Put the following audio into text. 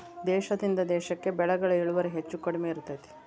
ದೇಶದಿಂದ ದೇಶಕ್ಕೆ ಬೆಳೆಗಳ ಇಳುವರಿ ಹೆಚ್ಚು ಕಡಿಮೆ ಇರ್ತೈತಿ